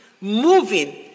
moving